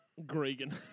Gregan